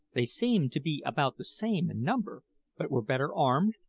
they seemed to be about the same in number, but were better armed,